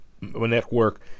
network